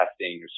testing